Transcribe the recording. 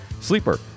Sleeper